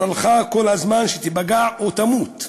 גורלך כל הזמן שתיפגע או תמות.